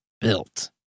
built